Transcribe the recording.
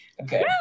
Okay